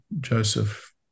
Joseph